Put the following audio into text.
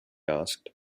asked